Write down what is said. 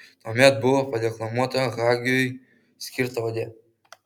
tuomet buvo padeklamuota hagiui skirta odė